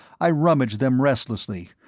i rummaged them restlessly,